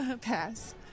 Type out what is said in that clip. Pass